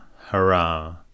hurrah